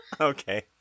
Okay